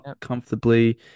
comfortably